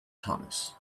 thomas